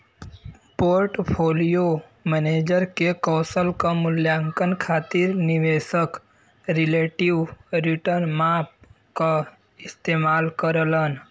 portfolio manager के कौशल क मूल्यांकन खातिर निवेशक रिलेटिव रीटर्न माप क इस्तेमाल करलन